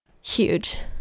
huge